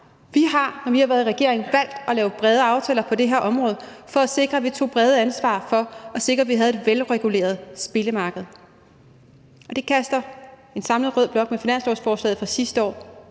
Vi har, når vi har været i regering, valgt at lave brede aftaler på det her område for at sikre, at vi bredt tog ansvar, for at sikre, at vi havde et velreguleret spillemarked, og det kaster en samlet rød blok med finanslovsforslaget fra sidste år